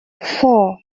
four